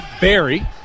Barry